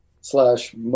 slash